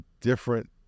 different